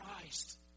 Christ